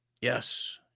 Yes